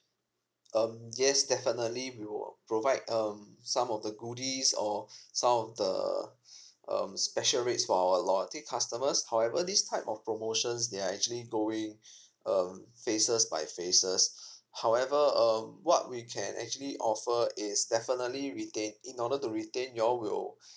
um yes definitely we will provide um some of the goodies or some of the um special rates for our loyalty customers however this type of promotions they are actually going um phases by phases however um what we can actually offer is definitely retain in order to retain we all will